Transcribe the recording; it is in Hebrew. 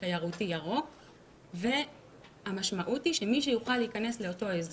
עמדת הייעוץ המשפטי של הוועדה היא שזה אינו נושא חדש,